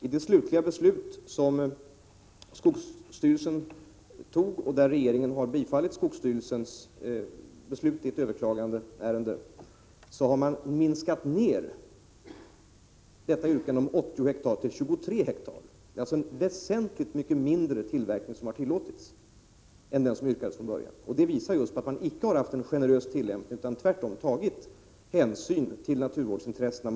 I det slutliga beslut som skogsstyrelsen tog och som regeringen har biträtt vid behandlingen av ett överklagandeärende har man minskat ner yrkandet om 80 hektar till 23 hektar. Man har alltså tillåtit en väsentligt mindre avverkning än vad som från början yrkades. Det visar just att tillämpningen icke varit generös utan att man tvärtom har tagit hänsyn till naturvårdsintressena.